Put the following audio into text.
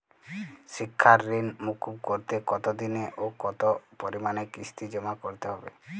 শিক্ষার ঋণ মুকুব করতে কতোদিনে ও কতো পরিমাণে কিস্তি জমা করতে হবে?